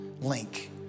link